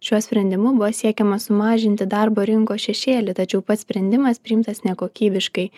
šiuo sprendimu buvo siekiama sumažinti darbo rinkos šešėlį tačiau pats sprendimas priimtas nekokybiškai